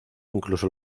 incluso